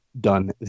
done